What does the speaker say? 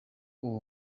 uwo